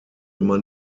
man